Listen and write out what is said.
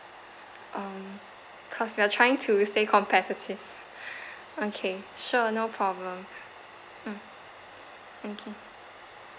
uh cause we are trying to stay competitive okay sure no problem mm okay